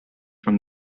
from